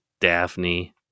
Daphne